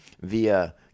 via